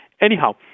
Anyhow